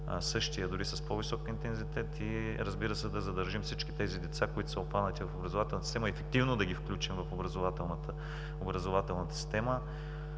същия, дори с по-висок интензитет и разбира се, да задържим всички тези деца, които са обхванати в образователната система, ефективно да ги включим в образователната система